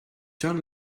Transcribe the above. turn